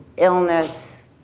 illness,